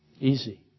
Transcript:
Easy